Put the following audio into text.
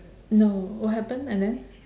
no what happen and then